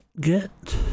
get